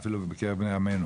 אפילו בקרב בני עמנו